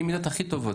במידות הכי טובות.